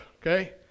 Okay